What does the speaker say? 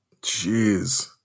Jeez